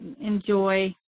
enjoy